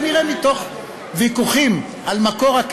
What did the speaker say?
כנראה מתוך ויכוחים על מקור,